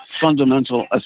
fundamental